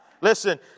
Listen